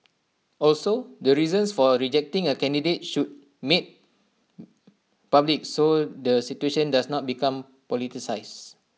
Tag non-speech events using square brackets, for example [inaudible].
also the reasons for rejecting A candidate should made [noise] public so the situation does not become politicised